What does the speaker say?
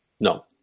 No